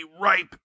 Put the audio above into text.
ripe